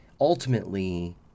ultimately